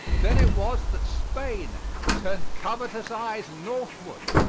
then it was that spain turned covetous eyes northward.